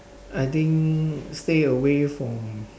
I think stay away from